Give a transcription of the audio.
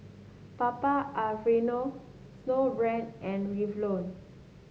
Papa Alfredo Snowbrand and Revlon